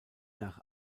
nach